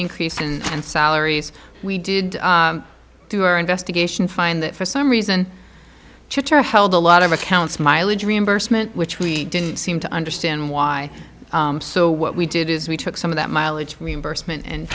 increase and salaries we did through our investigation find that for some reason held a lot of accounts mileage reimbursement which we didn't seem to understand why so what we did is we took some of that mileage reimbursement and